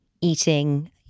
eating